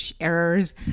errors